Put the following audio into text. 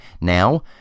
Now